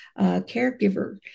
caregiver